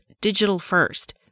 digital-first